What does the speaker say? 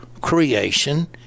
creation